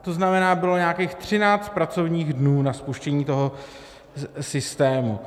To znamená, bylo nějakých 13 pracovních dnů na spuštění toho systému.